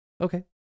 Okay